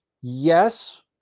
Yes